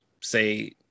say